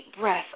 breath